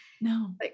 No